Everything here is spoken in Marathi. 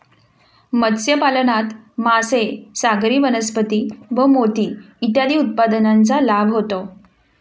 मत्स्यपालनात मासे, सागरी वनस्पती व मोती इत्यादी उत्पादनांचा लाभ होतो